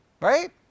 Right